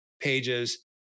pages